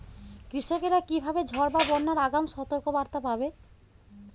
কৃষকেরা কীভাবে ঝড় বা বন্যার আগাম সতর্ক বার্তা পাবে?